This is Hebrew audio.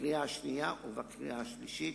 בקריאה השנייה ובקריאה השלישית".